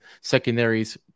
secondaries